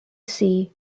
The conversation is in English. see